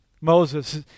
Moses